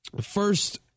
First